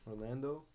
Orlando